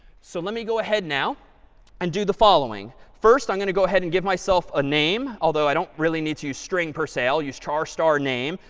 so let me go ahead now and do the following. first, i'm going to go ahead and give myself a name, although i don't really need to use string per se. i'll use char star name.